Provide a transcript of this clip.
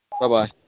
Bye-bye